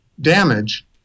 damage